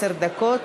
עשר דקות,